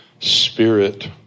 Spirit